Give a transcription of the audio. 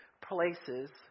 places